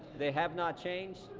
they have not changed,